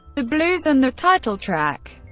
the blues and the title track.